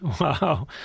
wow